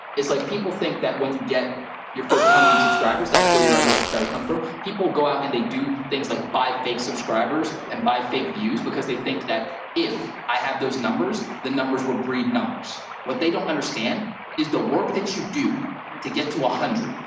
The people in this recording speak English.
it's like, people think that when you get your first one hundred subscribers, that's where your other subscribers come from. people go out and they do things like buy fake subscribers and buy fake views, because they think that if i have those numbers, the numbers will breed numbers. what they don't understand is the work that you do to get to one ah hundred,